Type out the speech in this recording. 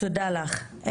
תודה לך.